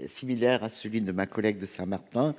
identique à celui de ma collègue de Saint Martin,